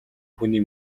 хүний